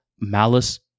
Malice